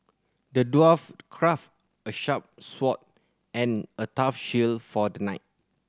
the dwarf crafted a sharp sword and a tough shield for the knight